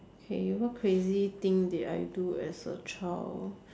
okay what crazy thing did I do as a child